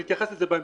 נתייחס לזה בהמשך.